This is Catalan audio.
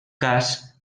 cas